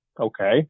okay